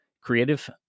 creative